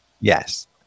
Yes